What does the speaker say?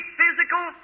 physical